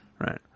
Right